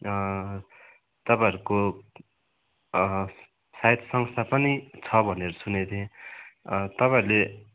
तपाईँहरूको सायद संस्था पनि छ भनेर सुने थिएँ तपाईँहरूले